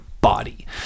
body